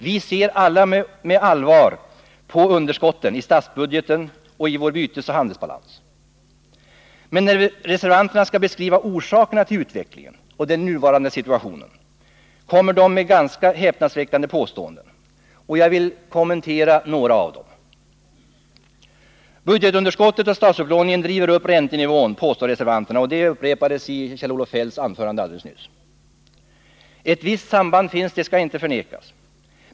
Vi ser alla med allvar på underskotten i statsbudgeten och i vår bytesoch handelsbalans. Men när reservanterna skall beskriva orsakerna till utvecklingen och den nuvarande situationen kommer de med ganska häpnadsväckande påståenden. Jag vill kommentera några av dessa. Budgetunderskottet och statsupplåningen driver upp räntenivån, påstår reservanterna, och det upprepades i Kjell-Olof Feldts anförande alldeles nyss. Ett visst samband finns — det skall inte förnekas.